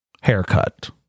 Haircut